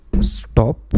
stop